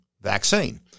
vaccine